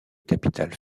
capitale